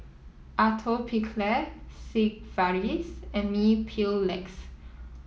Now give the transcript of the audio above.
Atopiclair Sigvaris and Mepilex